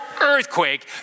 earthquake